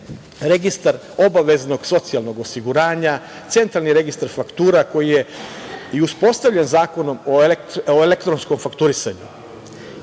registar obaveznog socijalnog osiguranja, Centralni registar faktura koji je i uspostavljen Zakonom o elektronskom fakturisanju. Izmene